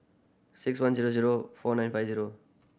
six one zero zero four nine five zero